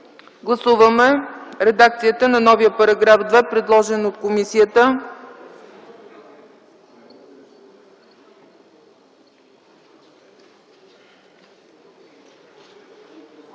Гласуваме редакцията на новия § 2, предложен от комисията.